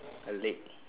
a lake